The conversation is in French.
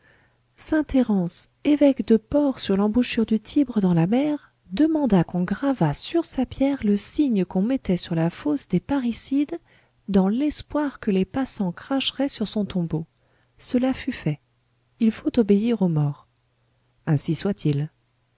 térence évêque de port sur l'embouchure du tibre dans la mer demanda qu'on gravât sur sa pierre le signe qu'on mettait sur la fosse des parricides dans l'espoir que les passants cracheraient sur son tombeau cela fut fait il faut obéir aux morts ainsi soit-il